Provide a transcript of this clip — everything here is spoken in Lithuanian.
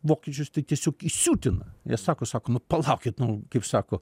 vokiečius tai tiesiog įsiutina jie sako sako nu palaukit nu kaip sako